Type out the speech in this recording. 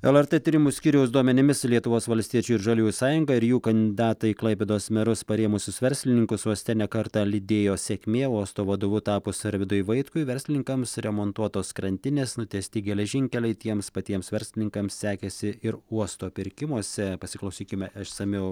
lrt tyrimų skyriaus duomenimis lietuvos valstiečių ir žaliųjų sąjunga ir jų kandidatai į klaipėdos merus parėmusius verslininkus uoste ne kartą lydėjo sėkmė o uosto vadovu tapus arvydui vaitkui verslininkams remontuotos krantinės nutiesti geležinkeliai tiems patiems verslininkams sekėsi ir uosto pirkimuose pasiklausykime išsamiau